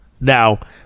Now